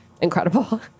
Incredible